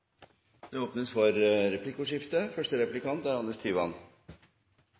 Det åpnes for replikkordskifte. Arbeiderpartiet er